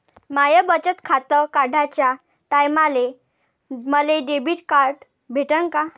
माय बचत खातं काढाच्या टायमाले मले डेबिट कार्ड भेटन का?